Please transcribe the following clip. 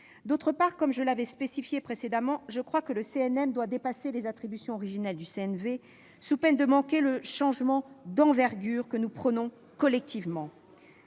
ailleurs, comme je l'ai spécifié précédemment, je crois que les missions du CNM doivent dépasser les attributions originelles du CNV, sous peine de manquer le changement d'envergure que nous prônons collectivement.